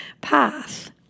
path